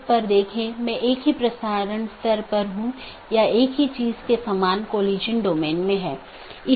इसलिए मैं एकल प्रविष्टि में आकस्मिक रूटिंग विज्ञापन कर सकता हूं और ऐसा करने में यह मूल रूप से स्केल करने में मदद करता है